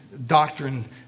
Doctrine